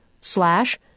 slash